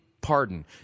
pardon